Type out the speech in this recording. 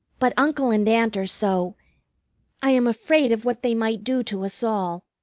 but uncle and aunt are so i am afraid of what they might do to us all.